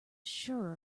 sure